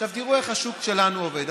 עכשיו, תראו איך השוק שלנו עובד.